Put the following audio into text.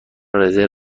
رزرو